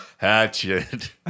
Hatchet